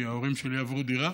כי ההורים שלי עברו דירה,